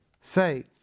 say